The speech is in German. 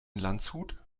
landshut